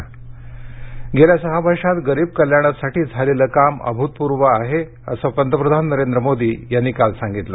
पंतप्रधान स्वनिधी योजना गेल्या सहा वर्षात गरीब कल्याणासाठी झालेलं काम अभूतपूर्व आहे असं पंतप्रधान नरेंद्र मोदी यांनी काल सांगितलं